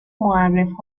معرف